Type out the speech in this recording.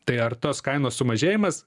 tai ar tos kainos sumažėjimas